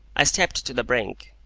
i stepped to the brink,